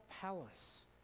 palace